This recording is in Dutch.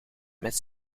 met